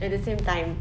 at the same time